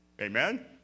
Amen